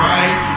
Right